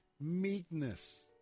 Meekness